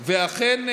ואכן,